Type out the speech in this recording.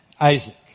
Isaac